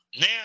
now